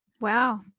Wow